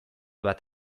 bat